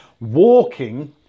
walking